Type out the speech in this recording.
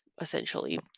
essentially